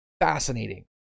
fascinating